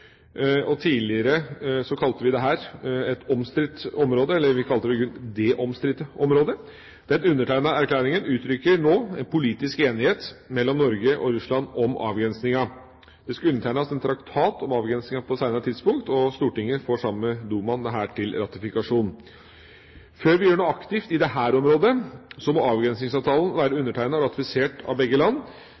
Tidligere kalte vi dette et omstridt område, eller vi kalte det i grunnen dét omstridte området. Den undertegnede erklæringa uttrykker en politisk enighet mellom Norge og Russland om avgrensninga. Det skal undertegnes en traktat om avgrensninga på et senere tidspunkt. Stortinget og Dumaen får dette til ratifikasjon. Før vi gjør noe aktivt i dette området, må avgrensningsavtalen være undertegnet og ratifisert av begge land.